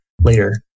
later